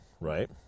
right